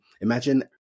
imagine